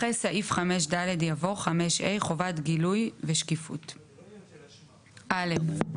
אחרי סעיף 5ד יבוא: חובת גילוי ושקיפות5ה (א)